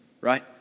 right